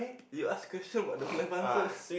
you ask question but never answer